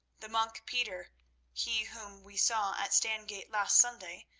the monk peter he whom we saw at stangate last sunday,